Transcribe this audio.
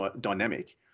dynamic